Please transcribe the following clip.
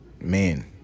man